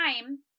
time